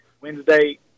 wednesday